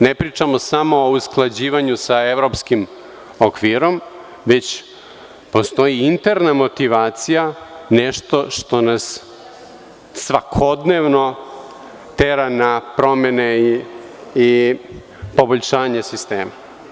Ne pričamo samo o usklađivanju sa evropskim okvirom, već postoji interna motivacija, nešto što nas svakodnevno tera na promene i poboljšanje sistema.